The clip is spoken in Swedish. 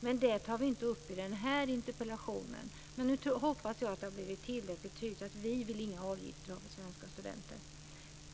Men det tar vi inte upp i denna interpellation. Jag hoppas att det nu har blivit tillräckligt tydligt - vi vill inga avgifter ha i dag för svenska studenter.